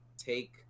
take